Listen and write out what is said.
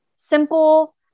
simple